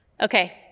Okay